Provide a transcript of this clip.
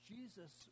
Jesus